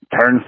turn